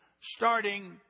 starting